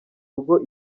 rugo